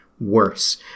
worse